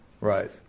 Right